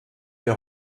der